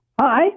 Hi